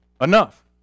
enough